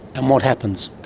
and what happens?